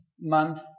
month